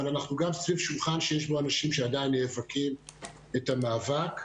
אבל אנחנו גם סביב שולחן שיש בו אנשים שעדיין נאבקים את המאבק.